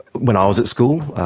when i was at school,